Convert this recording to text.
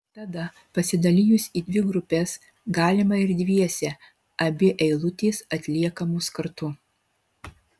tada pasidalijus į dvi grupes galima ir dviese abi eilutės atliekamos kartu